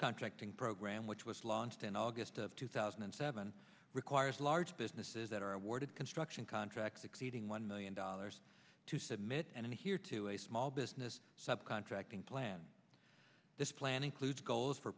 contracting program which was launched in august of two thousand and seven requires large businesses that are awarded construction contracts exceeding one million dollars to submit and here to a small business sub contracting plan this plan includes goals for